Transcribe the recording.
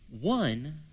One